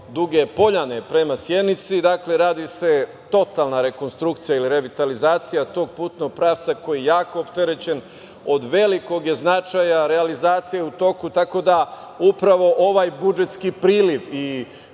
Duge poljane prema Sjenici. Radi se totalna rekonstrukcija ili revitalizacija tog putnog pravca koji je jako opterećen. Od velikog je značaja realizacija u toku tako da upravo ovaj budžetski priliv i